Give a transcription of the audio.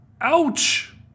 Ouch